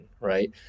right